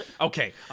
Okay